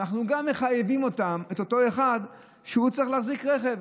אנחנו מחייבים גם אותם להחזיק רכב.